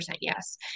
yes